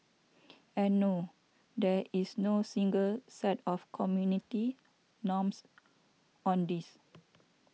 and no there is no single sat of community norms on this